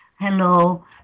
Hello